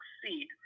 succeed